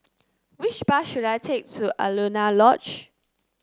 which bus should I take to Alaunia Lodge